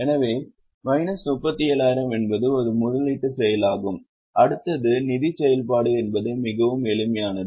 எனவே 37000 என்பது ஒரு முதலீட்டுச் செயலாகும் அடுத்தது நிதிச் செயல்பாடு என்பது மிகவும் எளிமையானது